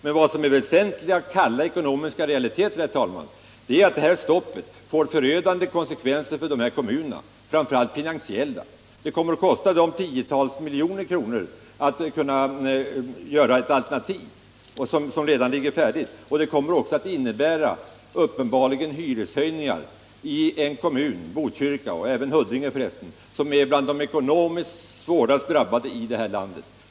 Men vad som är väsentligt i kalla ekonomiska realiteter, herr talman, är att det här stoppet får förödande konsekvenser, framför allt finansiella, för dessa kommuner. Det kommer att kosta dem tiotals miljoner kronor att utarbeta ett alternativ till det som redan ligger färdigt. Det kommer uppenbarligen också att innebära hyreshöjningar i Botkyrka kommun och även i Huddinge, vilka är bland de ekonomiskt svårast drabbade kommunerna i det här landet.